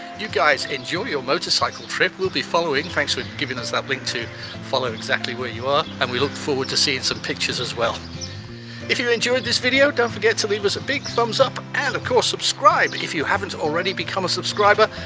you guys enjoy your motorcycle trip, we'll be following thanks for giving us that link to follow exactly where you are and we look forward to seeing some pictures as well if you enjoyed this video don't forget to leave us a big thumbs up and of course subscribe if you haven't already become a subscriber,